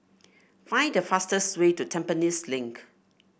find the fastest way to Tampines Link